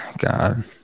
god